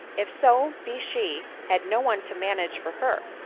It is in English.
if so be she had no one to man age for her!